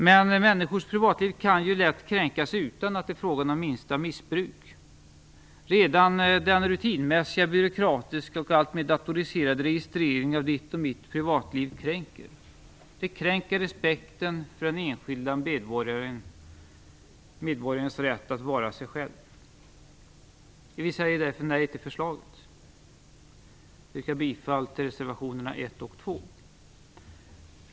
Men människors privatliv kan lätt kränkas utan att det är fråga om minsta missbruk. Redan den rutinmässiga, byråkratiska och alltmer datoriserade registreringen av ditt och mitt privatliv kränker respekten för den enskilde medborgarens rätt att vara sig själv. Vi säger därför nej till förslaget och yrkar bifall till reservationerna 1 och 2.